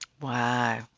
wow